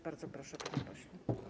Bardzo proszę, panie pośle.